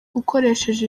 ukoresheje